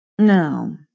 No